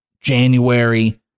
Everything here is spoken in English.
January